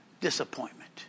disappointment